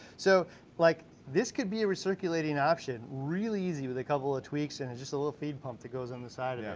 so like this could be a recirculating option real easy with a couple of tweaks and and just a little feed pump that goes in the side of yeah